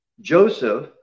Joseph